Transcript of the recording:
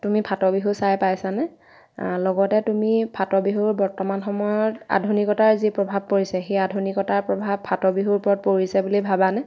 তুমি ফাটবিহু চাই পাইছানে লগতে তুমি ফাটবিহুৰ বৰ্তমান সময়ত আধুনিকতাৰ যি প্ৰভাৱ পৰিছে সেই আধুনিকতাৰ প্ৰভাৱ ফাটবিহুৰ ওপৰত পৰিছে বুলি ভাবানে